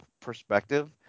perspective